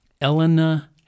Elena